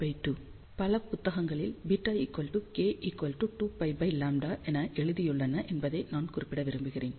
பல புத்தகங்களில் β k 2πλ என எழுதியுள்ளன என்பதை நான் குறிப்பிட விரும்புகிறேன்